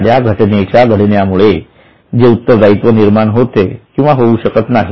एखाद्या घटनेच्या घडण्यामुळे ते उत्तर दायित्व निर्माण होते किंवा होऊ शकत नाही